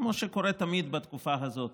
כמו שקורה הרבה בתקופה הזאת.